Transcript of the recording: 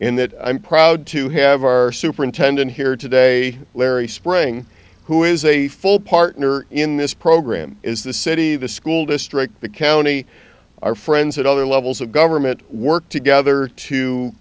that i'm proud to have our superintendent here today larry spring who is a full partner in this program is the city the school district the county our friends at other levels of government work together to